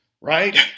right